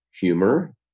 humor